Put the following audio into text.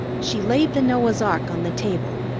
she laid the noah's ark on the table,